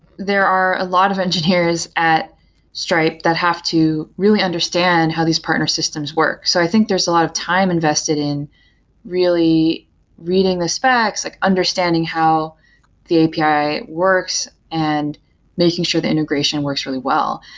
there are a lot of engineers at stripe that have to really understand how these partner systems work. so i think there's a lot of time invested in really read ing the specs, like understanding how the api works and making sure the integration works really wel